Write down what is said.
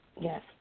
Yes